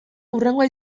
hurrengoa